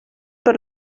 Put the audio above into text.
per